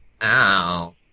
Ow